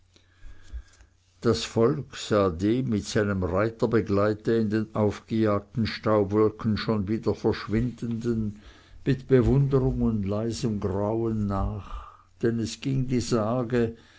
das volk sah dem mit seinem reiterbegleite in den aufgejagten staubwolken schon wieder verschwindenden mit bewunderung und leisem grauen nach denn es ging die sage